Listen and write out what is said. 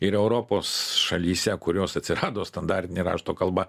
ir europos šalyse kurios atsirado standartinė rašto kalba